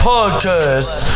Podcast